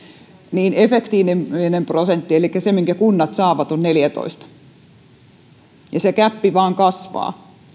niin efektiivinen prosentti elikkä se minkä kunnat saavat on neljätoista ja se gäppi vain kasvaa